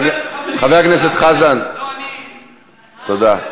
חבר הכנסת חזן, תודה.